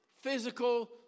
physical